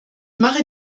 mache